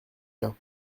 cas